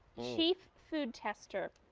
she food tester.